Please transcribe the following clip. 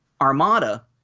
Armada